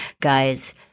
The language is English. guys